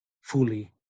fully